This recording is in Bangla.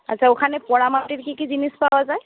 আচ্ছা ওখানে পোড়ামাটির কি কি জিনিস পাওয়া যায়